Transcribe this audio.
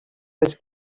was